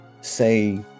say